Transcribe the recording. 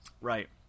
Right